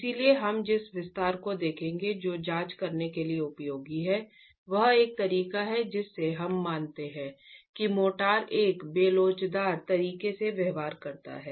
इसलिए हम जिस विस्तार को देखेंगे जो जांच करने के लिए उपयोगी है वह एक तरीका है जिससे हम मानते हैं कि मोर्टार एक बेलोचदार तरीके से व्यवहार करता है